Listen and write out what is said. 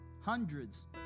Hundreds